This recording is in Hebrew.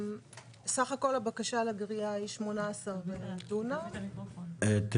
סך הכל הבקשה לגריעה היא שמונה עשר דונם, בכמה